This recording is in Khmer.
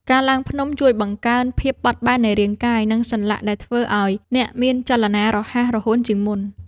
ការឡើងភ្នំជួយបង្កើនភាពបត់បែននៃរាងកាយ និងសន្លាក់ ដែលធ្វើឱ្យអ្នកមានចលនារហ័សរហួនជាងមុន។